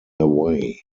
away